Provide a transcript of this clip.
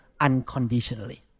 unconditionally